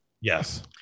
Yes